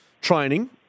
training